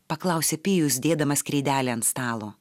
paklausė pijus dėdamas kreidelę ant stalo